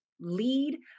lead